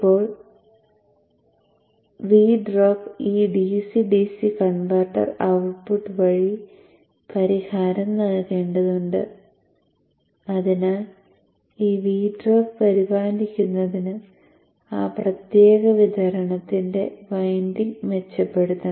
ഇപ്പോൾ V drop ഈ dc dc converter output വഴി നഷ്ടപരിഹാരം നൽകേണ്ടതുണ്ട് അതിനാൽ ഈ V ഡ്രോപ്പ് പരിപാലിക്കുന്നതിന് ആ പ്രത്യേക വിതരണത്തിന്റെ വൈൻഡിംഗ് മെച്ചപ്പെടുത്തണം